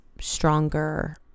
stronger